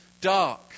dark